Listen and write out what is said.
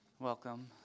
Welcome